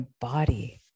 body